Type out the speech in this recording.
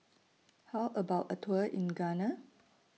How about A Tour in Ghana